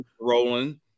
rolling